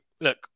look